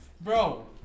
bro